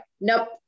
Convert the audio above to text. nope